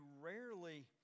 rarely